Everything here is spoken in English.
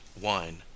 wine